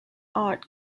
art